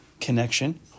connection